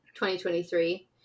2023